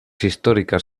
históricas